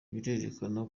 birerekana